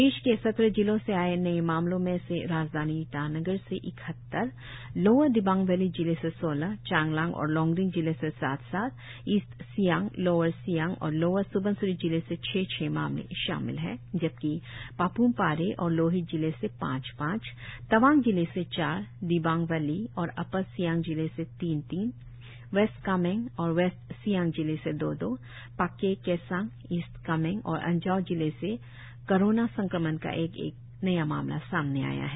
प्रदेश के सत्रह जिलों से आए नए मामलों में से राजधानी ईटानगर से इकहत्तर लोअर दिबांग वैली जिले से सोलह चांगलांग और लोंगडिंग जिले से सात सात ईस्ट सियांग लोअर सियांग और लोअर स्बनसिरी जिले से छह छह मामले शामिल है जबकि पाप्मपारे और लोहित जिले से पांच पांच तवांग जिले से चार दिबांग वैली और अपर सियांग जिले से तीन तीन वेस्ट कामेंग और वेस्ट सियांग जिले से दो दो पाक्के केसांग ईस्ट कामेंग और अंजाव जिले से कोरोना संक्रमण का एक एक नया मामला सामने आया है